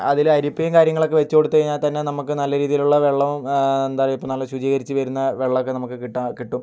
അതിൽ അരിപ്പയും കാര്യങ്ങളൊക്കെ വച്ചു കൊടുത്തു കഴിഞ്ഞാൽ തന്നെ നമുക്ക് നല്ല രീതിയിലുള്ള വെള്ളവും എന്താ പറയുക ഇപ്പം നല്ല ശുചീകരിച്ച് വരുന്ന വെള്ളമൊക്കെ നമുക്ക് കിട്ടും